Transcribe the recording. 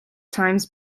times